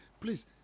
Please